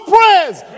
prayers